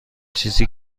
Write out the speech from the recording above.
چیزی